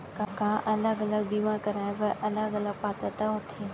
का अलग अलग बीमा कराय बर अलग अलग पात्रता होथे?